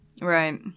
Right